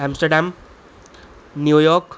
Amsterdam New York